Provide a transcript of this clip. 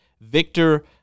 Victor